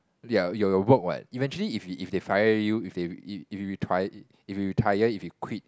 ya your your work what eventually if if they fire you if they if if you reti~ if you retire if you quit